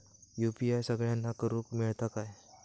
UPI सगळ्यांना करुक मेलता काय?